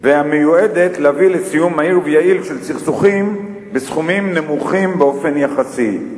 והמיועדת להביא לסיום מהיר ויעיל של סכסוכים בסכומים נמוכים באופן יחסי.